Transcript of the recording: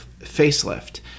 facelift